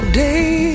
day